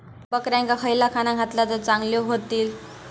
बकऱ्यांका खयला खाणा घातला तर चांगल्यो व्हतील?